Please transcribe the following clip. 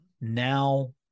now